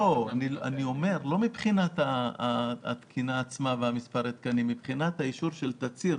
לא מבחינת התקינה עצמה ומספר התקנים אלא מבחינת האישור של תצהיר.